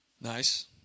Nice